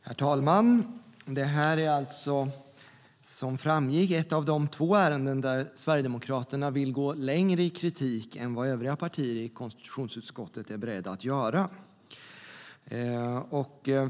Herr talman! Detta är alltså, som framgick, ett av de två ärenden där Sverigedemokraterna vill gå längre i kritik än vad övriga partier i konstitutionsutskottet är beredda att göra.